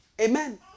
Amen